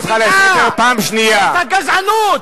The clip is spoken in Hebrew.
של פאשיסטים.